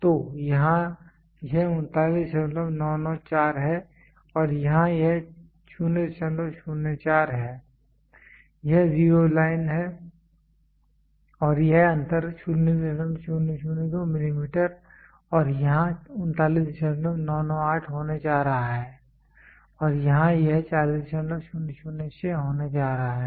तो यहाँ यह 39994 है और यहाँ यह 004 है यह जीरो लाइन है और यह अंतर 002 मिलीमीटर और यहाँ 39998 होने जा रहा है और यहाँ यह 40006 होने जा रहा है